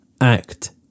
Act